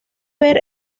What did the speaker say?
ver